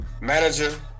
manager